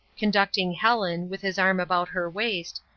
conducting helen, with his arm about her waist,